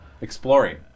Exploring